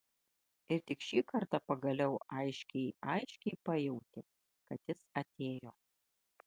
ir tik šį kartą pagaliau aiškiai aiškiai pajautė kad jis atėjo